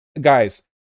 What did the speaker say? guys